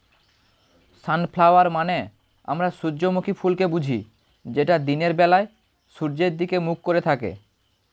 sunflower মানে আমরা সূর্যমুখী ফুলকে বুঝি যেটা দিনের বেলায় সূর্যের দিকে মুখ করে থাকে